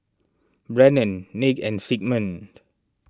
Brennen Nick and Sigmund